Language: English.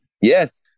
Yes